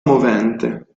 movente